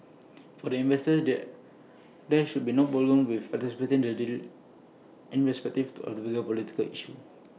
for the investors there there should be no problem with participating the deal irrespective of the bigger political issues